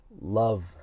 love